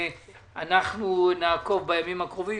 אנחנו נעקוב בימים הקרובים,